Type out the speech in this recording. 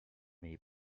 may